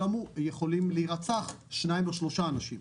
יכולים להירצח שניים או שלושה אנשים.